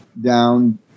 down